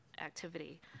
activity